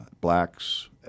blacks